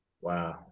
wow